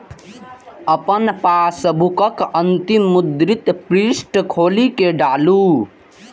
अपन पासबुकक अंतिम मुद्रित पृष्ठ खोलि कें डालू